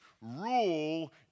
rule